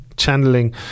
channeling